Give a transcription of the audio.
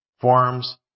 forms